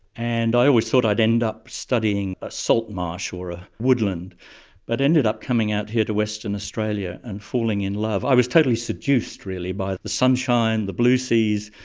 and i always thought i'd end up studying a saltmarsh or a woodland but ended up coming out here to western australia and falling in love. i was totally seduced really by the sunshine, the blue seas,